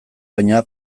baina